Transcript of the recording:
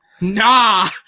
Nah